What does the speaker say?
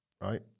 right